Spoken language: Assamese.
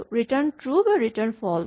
ৰিটাৰ্ন ট্ৰো বা ৰিটাৰ্ন ফল্চ